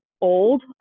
Old